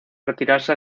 retirarse